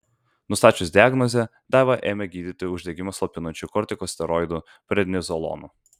nustačius diagnozę daivą ėmė gydyti uždegimą slopinančiu kortikosteroidu prednizolonu